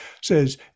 says